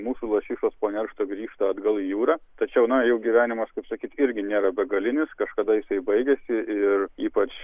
mūsų lašišos po neršto grįžta atgal į jūrą tačiau na jų gyvenimas kaip sakyt irgi nėra begalinis kažkada jisai baigiasi ir ypač